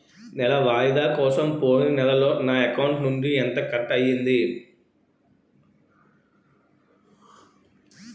నెల వాయిదా కోసం పోయిన నెలలో నా అకౌంట్ నుండి ఎంత కట్ అయ్యింది?